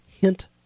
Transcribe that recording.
Hint